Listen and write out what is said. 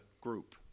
group